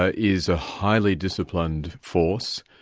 ah is a highly disciplined force,